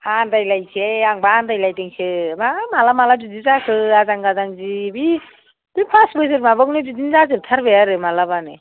आनदायलायोसोहाय आंबा आनदायलायदोंसो बा माब्ला माब्ला बिदि जाखो आजां गाजां जि बे पास बोसोर माबायावनो बिदिनो जाजोबथारबाय आरो मालाबानो